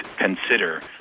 consider